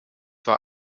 war